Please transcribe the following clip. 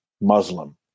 Muslim